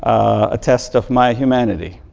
a test of my humanity.